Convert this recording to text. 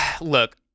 look